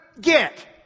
get